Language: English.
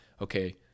okay